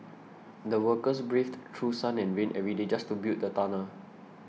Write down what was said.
the workers braved through sun and rain every day just to build the tunnel